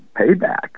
payback